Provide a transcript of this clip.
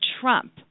Trump